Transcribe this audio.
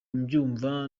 mbyumva